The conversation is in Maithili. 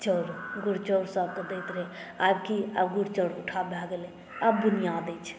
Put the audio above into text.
चाउर गुड़ चाउर सभकेँ दैत रहै आब की आब गुड़ चाउर उठाव भए गेलै आब बुनिआँ दैत छै